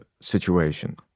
situation